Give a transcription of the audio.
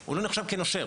הוא לא נחשב כנושר,